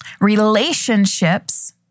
relationships